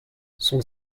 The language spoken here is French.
son